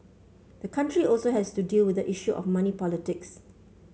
the country also has to deal with the issue of money politics